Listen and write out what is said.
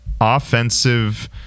offensive